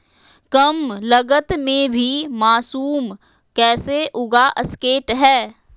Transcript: कम लगत मे भी मासूम कैसे उगा स्केट है?